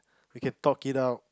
we can talk it out